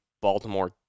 Baltimore